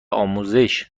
آموزش